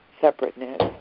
separateness